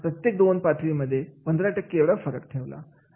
आणि प्रत्येक दोन पातळीमध्ये पंधरा टक्के फरक ठेवला